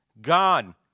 God